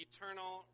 Eternal